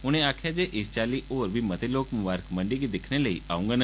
उनें आक्खेआ जे इस चाल्ली होर बी मते लोक मुबारक मंडी गी दिक्खने लेई औँगन